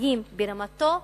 בחיים ברמתם הבסיסית.